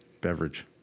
beverage